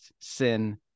sin